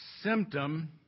symptom